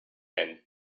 and